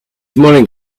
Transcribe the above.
morning